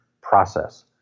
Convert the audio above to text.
process